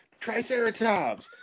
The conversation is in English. Triceratops